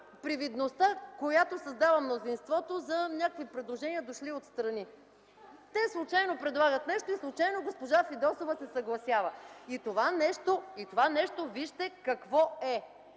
привидността, която създава мнозинството за някои предложения, дошли отстрани. Те случайно предлагат нещо и случайно госпожа Фидосова се съгласява. Това нещо вижте какво е.